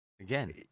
again